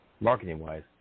marketing-wise